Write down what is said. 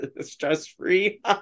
Stress-free